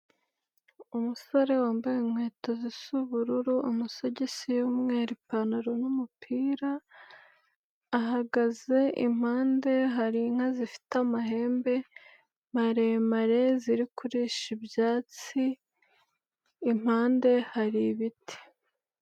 Umusore wambaye inkweto zisa ubururu, amasogisi y'umweru, ipantaro n'umupira ahagaze impande hari inka zifite amahembe maremare ziri kurisha ibyatsi, impande hari ibiti.